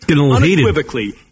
unequivocally